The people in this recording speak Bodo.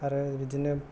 आरो बिदिनो